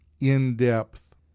in-depth